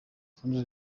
rutonde